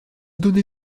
donnée